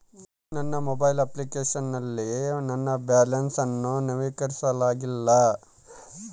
ನನ್ನ mobile application ನಲ್ಲಿ ನನ್ನ ಬ್ಯಾಲೆನ್ಸ್ ಅನ್ನು ನವೀಕರಿಸಲಾಗಿಲ್ಲ